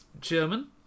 German